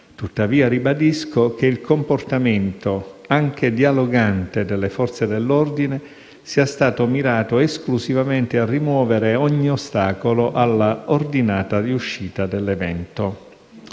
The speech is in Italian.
tuttavia che il comportamento, anche dialogante, delle Forze dell'ordine sia stato mirato esclusivamente a rimuovere ogni ostacolo alla ordinata riuscita dell'evento.